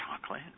chocolate